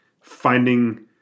finding